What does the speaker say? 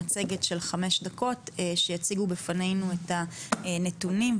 במצגת של חמש דקות שתציג בפנינו את הנתונים.